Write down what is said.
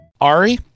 Ari